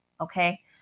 okay